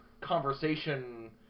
conversation